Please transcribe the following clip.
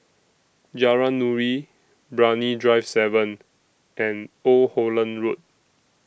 Jalan Nuri Brani Drive seven and Old Holland Road